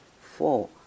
four